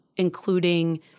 including